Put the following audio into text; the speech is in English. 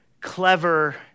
clever